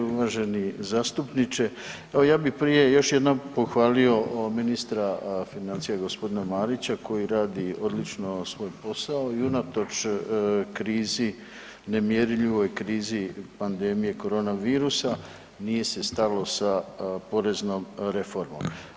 Uvaženi zastupniče, pa evo ja bih prije još jednom pohvalio ministra financija g. Marića koji radi odlično svoj posao i unatoč krizi, nemjerljivoj krizi pandemije korona virusa, nije se stalo sa poreznom reformom.